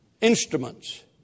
instruments